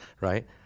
right